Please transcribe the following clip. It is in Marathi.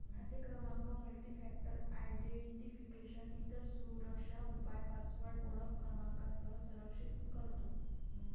खाते क्रमांक मल्टीफॅक्टर आयडेंटिफिकेशन, इतर सुरक्षा उपाय पासवर्ड ओळख क्रमांकासह संरक्षित करतो